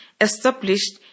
established